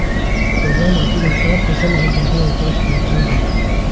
करिया माटी म का फसल हर जादा उपज होथे ही?